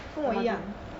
跟我一样